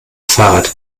fahrrad